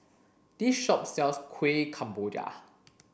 this shop sells Kueh Kemboja